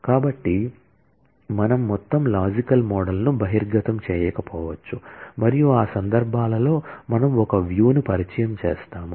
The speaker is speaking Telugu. కాబట్టి మనము మొత్తం లాజికల్ మోడల్ ను బహిర్గతం చేయకపోవచ్చు మరియు ఆ సందర్భాలలో మనము ఒక వ్యూ ను పరిచయం చేస్తాము